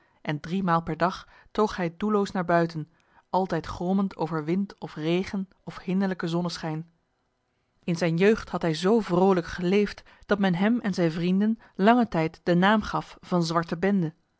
en drie maal per dag toog hij doelloos naar buiten altijd grommend over wind of regen of hinderlijke zonneschijn in zijn jeugd had hij z vroolijk geleefd dat men hem en zijn vrienden lange tijd de naam gaf van zwarte bende